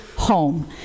home